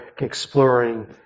exploring